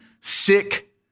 sick